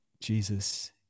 Jesus